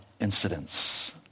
incidents